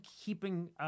keeping –